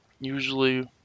Usually